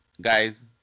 Guys